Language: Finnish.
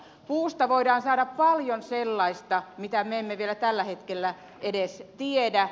puusta voidaan saada paljon sellaista mitä me emme vielä tällä hetkellä edes tiedä